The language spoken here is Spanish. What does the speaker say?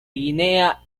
guinea